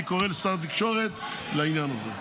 אני קורא לשר התקשורת לעניין הזה.